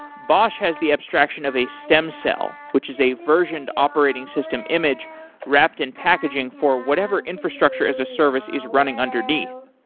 bosh has the abstraction of a stem cell, which is a versioned operating system image wrapped in packaging for whatever infrastructure as a service is running underneath.